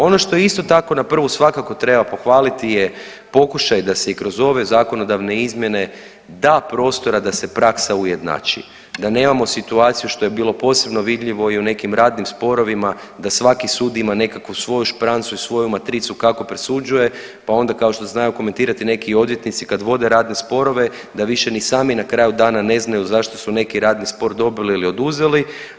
Ono što isto tako na prvu svakako treba pohvaliti je pokušaj da se i kroz ove zakonodavne izmjene da prostora da se praksa ujednači, da nemamo situaciju što je bilo posebno vidljivo i u nekim radnim sporovima da svaki sud ima nekakvu svoju šprancu i svoju matricu kako presuđuje, pa onda kao što znaju komentirati neki odvjetnici kad vode radne sporove, da više ni sami na kraju dana ne znaju zašto su neki radni spor dobili ili oduzeli.